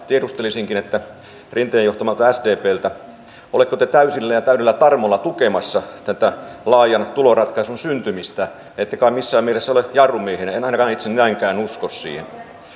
tiedustelisinkin rinteen johtamalta sdpltä oletteko te täysillä ja täydellä tarmolla tukemassa tätä laajan tuloratkaisun syntymistä ette kai missään mielessä ole jarrumiehenä en ainakaan itse näinkään usko siihen